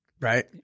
right